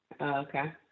Okay